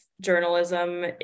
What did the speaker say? journalism